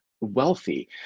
wealthy